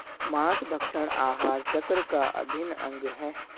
माँसभक्षण आहार चक्र का अभिन्न अंग है